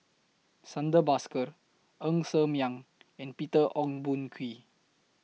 Santha Bhaskar Ng Ser Miang and Peter Ong Boon Kwee